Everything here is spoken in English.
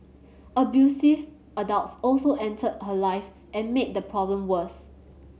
abusive adults also entered her life and made the problem worse